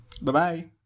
Bye-bye